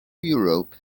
europe